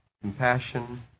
compassion